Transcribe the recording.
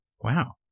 wow